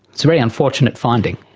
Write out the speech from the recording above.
it's a very unfortunate finding.